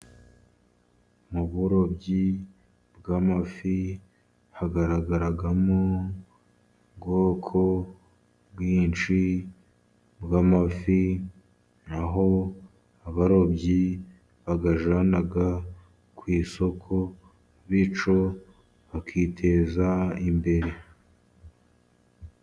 Mu burobyi bw'amafi hagaragaramo ubwoko bwinshi bw'amafi, naho abarobyi bayajyana ku isoko bityo bakiteza imbere.